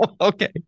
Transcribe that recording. Okay